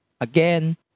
again